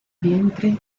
vientre